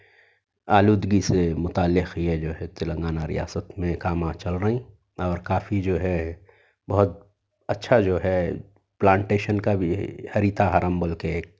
آلودگی سے متعلق یہ جو ہے تلنگانہ ریاست میں کام چل رہی اور کافی جو ہے بہت اچھا جو ہے پلانٹیشن کا بھی ہریتا ہرم بول کے ایک